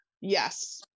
yes